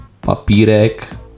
papírek